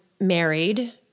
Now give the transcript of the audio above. married